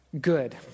good